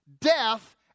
death